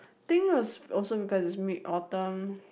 think it was it was because of Mid Autumn